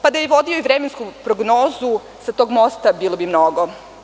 Da je vodio i vremensku prognozu, sa tog mosta, bilo bi mnogo.